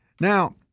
Now